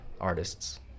artists